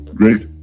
great